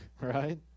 right